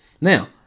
Now